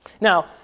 Now